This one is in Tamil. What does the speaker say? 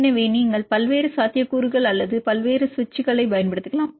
எனவே நீங்கள் பல்வேறு சாத்தியக்கூறுகள் அல்லது பல்வேறு சுவிட்சுகளைப் பயன்படுத்தலாம்